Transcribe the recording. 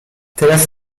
teraz